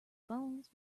bones